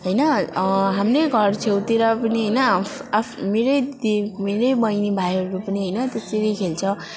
होइन हाम्रै घर छेउतिर पनि होइन आफ आफ मेरै दिदी मेरै बहिनी भाइहरू पनि त्यसरी खेल्छ